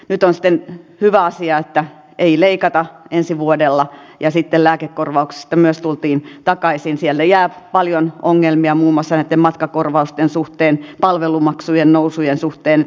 nyt on sitten hyvä asia että ei leikata ensi vuodella ja sitten lääke korvauksesta myös siirrymme takaisin tielle jää paljon ongelmia muun muassa jätematkakorvausten suhteen palvelumaksujen nousujen suhteen